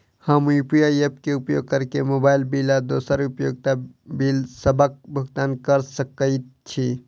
हम UPI app क उपयोग करके मोबाइल बिल आ दोसर उपयोगिता बिलसबक भुगतान कर सकइत छि